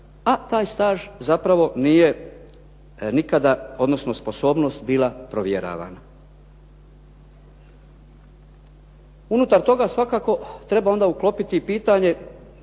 a taj staž zapravo nije nikada, odnosno sposobnost bila provjeravana. Unutar toga svakako onda treba uklopiti pitanje,